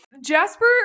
Jasper